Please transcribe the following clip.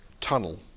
tunnel